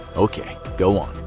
ok, go on.